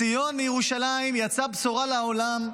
מציון, מירושלים, יצאה בשורה לעולם,